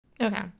Okay